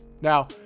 Now